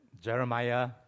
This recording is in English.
Jeremiah